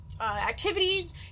activities